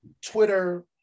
Twitter